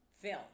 film